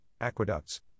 aqueducts